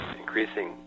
increasing